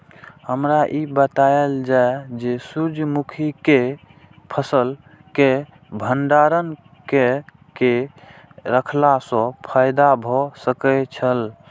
हमरा ई बतायल जाए जे सूर्य मुखी केय फसल केय भंडारण केय के रखला सं फायदा भ सकेय छल?